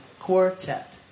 quartet